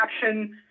action